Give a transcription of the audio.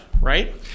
Right